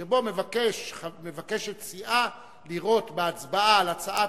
שבה מבקשת סיעה לראות בהצבעה על הצעת